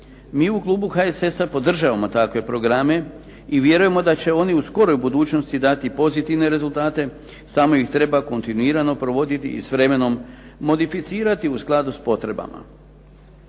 Mi u klubu HSS-a podržavamo takve programe i vjerujemo da će oni u skoroj budućnosti dati pozitivne rezultate, samo ih treba kontinuirano provoditi i s vremenom modificirati u skladu s potrebama.